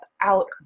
out